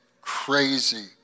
crazy